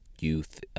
youth